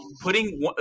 putting –